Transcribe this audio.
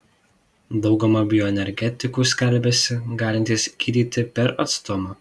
dauguma bioenergetikų skelbiasi galintys gydyti per atstumą